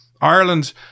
Ireland